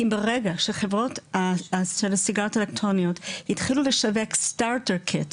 כי ברגע שחברות של הסיגריות האלקטרוניות התחילו לשווק סטרטר קיט,